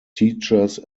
teachers